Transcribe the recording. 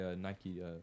Nike